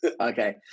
Okay